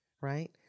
Right